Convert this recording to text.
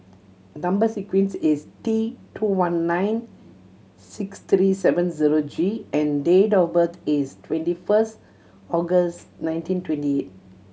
number sequence is T two one nine six three seven zero G and date of birth is twenty first August nineteen twenty eight